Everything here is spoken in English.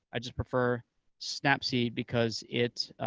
i just prefer snapseed because it's